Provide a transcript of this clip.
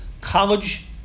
college